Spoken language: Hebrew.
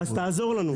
אז תעזור לנו.